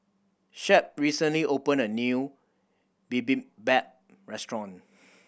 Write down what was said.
Shep recently opened a new Bibimbap Restaurant